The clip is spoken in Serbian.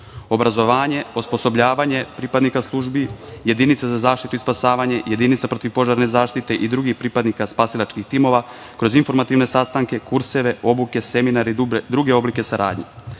Obrazovanje, osposobljavanje pripadnika službi, jedinica za zaštitu i spasavanje, jedinica protivpožarne zaštite i drugih pripadnika spasilačkih timova kroz informativne sastanke, kurseve, obuke, seminare i druge oblike saradnje,